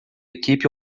equipe